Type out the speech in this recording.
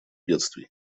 бедствий